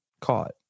caught